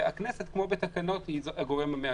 והכנסת כמו בתקנות היא הגורם המאשר.